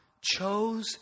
chose